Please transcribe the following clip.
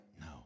no